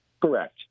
Correct